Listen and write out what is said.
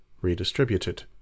redistributed